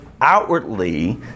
outwardly